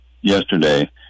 yesterday